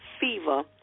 fever